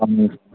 அப்படி